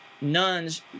nuns